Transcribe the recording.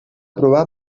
aprovar